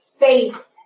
faith